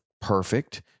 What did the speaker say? perfect